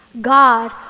God